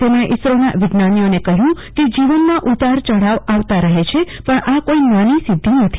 તેમણે ઈસરોના વિજ્ઞાનીઓને કહ્યું કે જીવનમાં ઊતાર ચઢાવ આવતા રહે છે પણ આ કોઈ નાની સિદ્ધી નથી